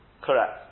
Correct